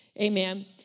Amen